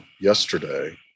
yesterday